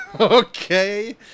Okay